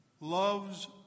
loves